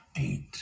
eight